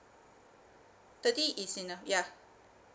thirty is enough ya